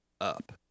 up